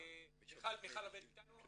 מיכל עובדת איתנו.